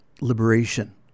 liberation